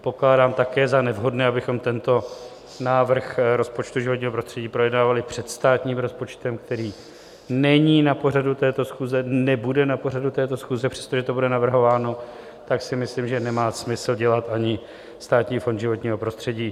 Pokládám také za nevhodné, abychom tento návrh rozpočtu životního prostředí projednávali před státním rozpočtem, který není na pořadu této schůze, nebude na pořadu této schůze, přestože to bude navrhováno, tak si myslím, že nemá smysl dělat ani Státní fond životního prostředí.